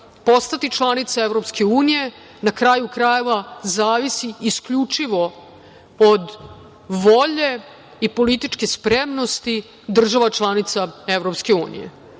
postati članica EU, na kraju krajeva, zavisi isključivo od volje i političke spremnosti država članica EU,